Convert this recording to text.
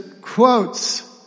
quotes